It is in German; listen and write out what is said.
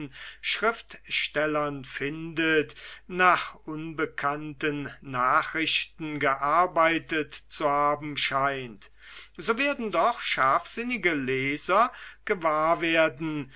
schriftstellern findet nach unbekannten nachrichten gearbeitet zu haben scheint so werden doch scharfsinnige leser gewahr werden